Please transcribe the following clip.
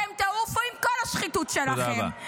אתם תעופו עם כל השחיתות שלכם -- תודה רבה.